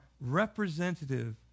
representative